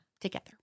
together